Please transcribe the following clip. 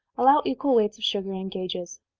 allow equal weights of sugar and gages.